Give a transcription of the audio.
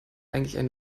eigentlich